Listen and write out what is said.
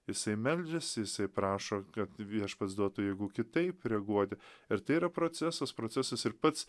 jisai meldžiasi prašo jisai kad viešpats duotų jėgų kitaip reaguoti ir tai yra procesas procesas ir pats